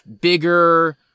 bigger